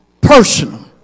personal